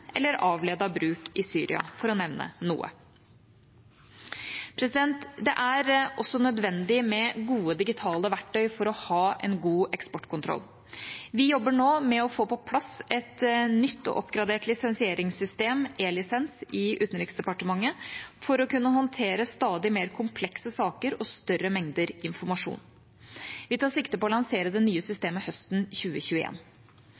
eller avledet bruk i Syria, for å nevne noe. Det er også nødvendig med gode digitale verktøy for å ha en god eksportkontroll. Vi jobber nå med å få på plass et nytt og oppgradert lisensieringssystem, E-lisens, i Utenriksdepartementet for å kunne håndtere stadig mer komplekse saker og større mengder informasjon. Vi tar sikte på å lansere det nye